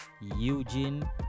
eugene